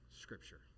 Scripture